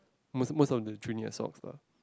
most most of the junior asocs lah